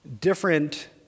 different